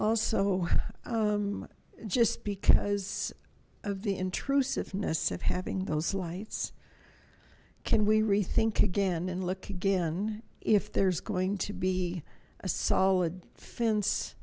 also just because of the intrusiveness of having those lights can we rethink again and look again if there's going to be a solid fence